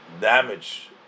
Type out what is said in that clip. damage